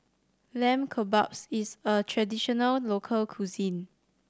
Lamb Kebabs is a traditional local cuisine